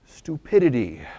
Stupidity